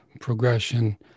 progression